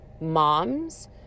moms